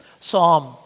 Psalm